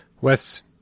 Wes